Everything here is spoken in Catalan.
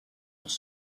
els